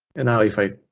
and now, if i